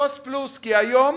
קוסט פלוס, כי היום